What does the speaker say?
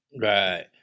Right